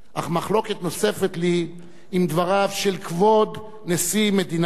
אך מחלוקת נוספת לי עם דבריו של כבוד נשיא מדינת ישראל: